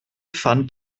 fand